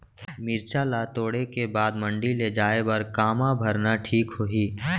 मिरचा ला तोड़े के बाद मंडी ले जाए बर का मा भरना ठीक होही?